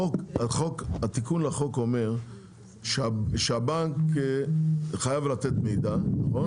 התיקון לחוק אומר שהבנק חייב לתת מידע, נכון?